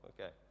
okay